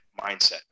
mindset